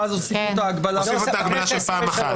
ואז הוסיפו את ההגבלה של פעם אחת.